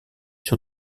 sur